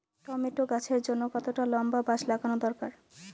Tomato গাছের জন্যে কতটা লম্বা বাস লাগানো দরকার?